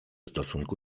stosunku